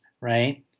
right